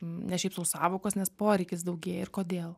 ne šiaip sau sąvokos nes poreikis daugėja ir kodėl